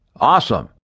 Awesome